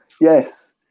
yes